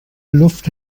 luft